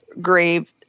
grave